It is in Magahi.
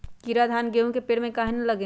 कीरा धान, गेहूं के पेड़ में काहे न लगे?